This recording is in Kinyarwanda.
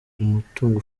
umutungo